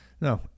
no